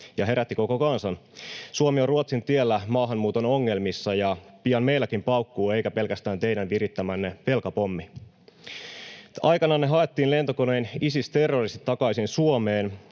ja herätti koko kansan. Suomi on Ruotsin tiellä maahanmuuton ongelmissa, ja pian meilläkin paukkuu, eikä pelkästään teidän virittämänne velkapommi. Aikananne haettiin lentokonein Isis-terroristit takaisin Suomeen